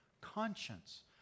conscience